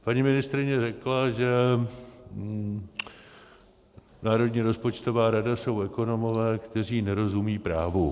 Paní ministryně řekla, že Národní rozpočtová rada jsou ekonomové, kteří nerozumějí právu.